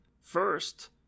First